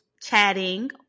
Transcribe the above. chatting